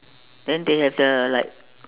then they have the like